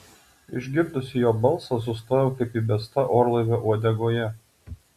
išgirdusi jo balsą sustojau kaip įbesta orlaivio uodegoje